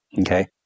okay